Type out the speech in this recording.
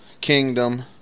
kingdom